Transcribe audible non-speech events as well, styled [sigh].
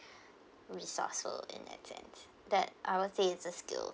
[breath] resourceful and that's it that I would say it's a skill